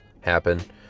happen